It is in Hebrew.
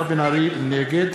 נגד